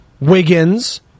Wiggins